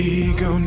ego